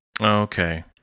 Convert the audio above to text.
Okay